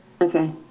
Okay